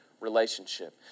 relationship